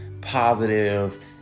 positive